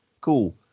cool